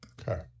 okay